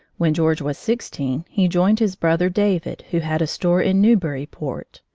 when george was sixteen, he joined his brother david, who had a store in newburyport.